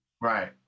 Right